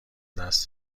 دست